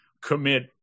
commit